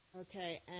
Okay